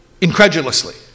incredulously